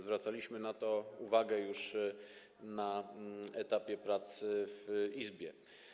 Zwracaliśmy na to uwagę już na etapie prac w Izbie.